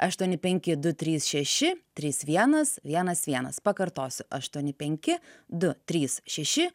aštuoni penki du trys šeši trys vienas vienas vienas pakartosiu aštuoni penki du trys šeši